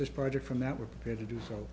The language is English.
this project from that we're prepared to do so